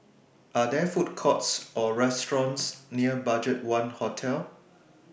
Are There Food Courts Or restaurants near BudgetOne Hotel